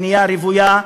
בנייה רוויה,